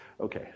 Okay